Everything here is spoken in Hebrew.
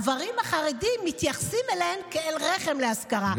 הגברים החרדים מתייחסים אליהן כאל רחם להשכרה.